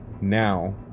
now